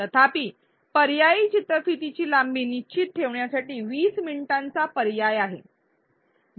तथापि पर्याय चित्रफितीची लांबी निश्चित ठेवण्यासाठी २० मिनिटांचा पर्याय आहे